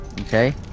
Okay